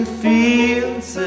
fields